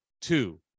two